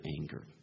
anger